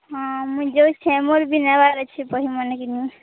ହଁ ମୁଇଁ ଯାଉଛେ ମୋର ବି ନେବାର ଅଛି ବହି ମାନେ କିନି